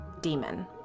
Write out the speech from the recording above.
Demon